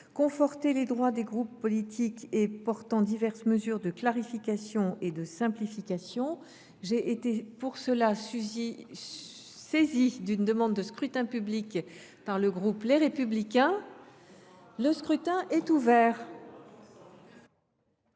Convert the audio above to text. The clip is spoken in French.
conforter les droits des groupes politiques, et portant diverses mesures de clarification et de simplification. J’ai été saisie d’une demande de scrutin public émanant du groupe Les Républicains. Il va être